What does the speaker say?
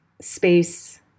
space